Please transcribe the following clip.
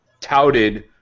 touted